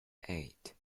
eight